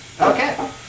Okay